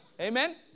Amen